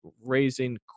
raising